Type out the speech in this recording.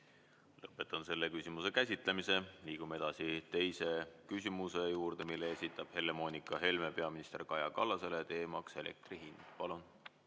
Lõpetan selle küsimuse käsitlemise. Liigume edasi teise küsimuse juurde, mille esitab Helle-Moonika Helme peaminister Kaja Kallasele. Teema on elektri hind. Palun!